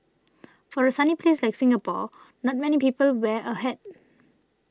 for a sunny place like Singapore not many people wear a hat